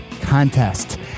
contest